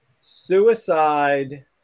suicide